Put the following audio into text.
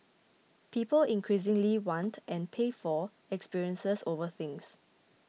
people increasingly want and pay for experiences over things